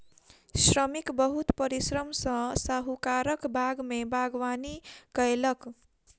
श्रमिक बहुत परिश्रम सॅ साहुकारक बाग में बागवानी कएलक